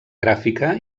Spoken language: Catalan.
gràfica